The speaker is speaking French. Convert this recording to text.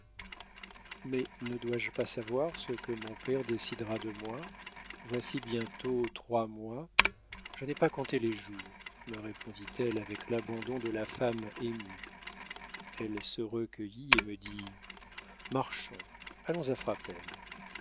mais ne dois-je pas savoir ce que mon père décidera de moi voici bientôt trois mois je n'ai pas compté les jours me répondit-elle avec l'abandon de la femme émue elle se recueillit et me dit marchons allons à frapesle